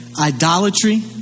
idolatry